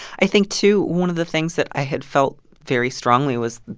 i think, too, one of the things that i had felt very strongly was